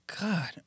God